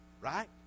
right